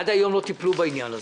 עד היום לא טיפלו בעניין הזה.